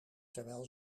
terwijl